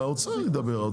האוצר ידווח.